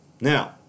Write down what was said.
Now